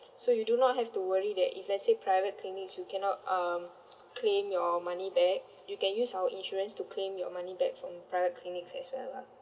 so you do not have to worry that if let's say private clinics you cannot um claim your money back you can use our insurance to claim your money back from private clinics as well lah